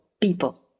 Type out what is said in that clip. people